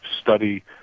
study